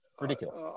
Ridiculous